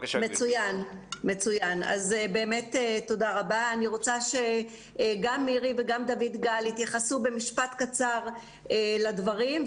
אני רוצה שמירי ודויד גל יתייחסו במשפט קצר לדברים,